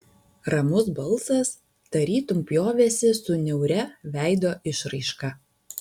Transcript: ramus balsas tarytum pjovėsi su niauria veido išraiška